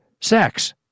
sex